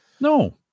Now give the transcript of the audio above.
no